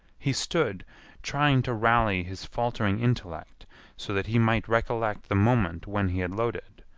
he stood trying to rally his faltering intellect so that he might recollect the moment when he had loaded,